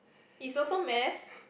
is also math